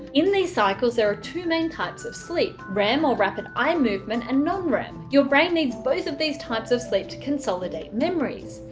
in these cycles there are two main types of sleep rem or rapid-eye-movement and non-rem. your brain needs both of these types of sleep to consolidate memories.